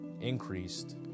increased